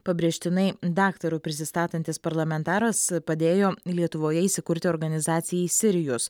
pabrėžtinai daktaru prisistatantis parlamentaras padėjo lietuvoje įsikurti organizacijai sirijus